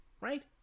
Right